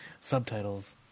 subtitles